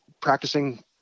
practicing